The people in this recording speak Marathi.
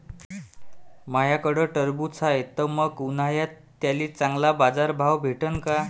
माह्याकडं टरबूज हाये त मंग उन्हाळ्यात त्याले चांगला बाजार भाव भेटन का?